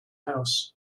house